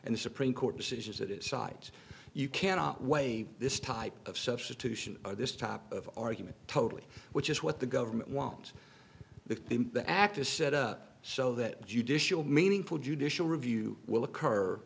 and the supreme court decisions it is cite you cannot weigh this type of substitution or this type of argument totally which is what the government wants the the act is set up so that judicial meaningful judicial review will occur